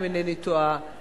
אם אינני טועה,